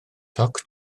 toc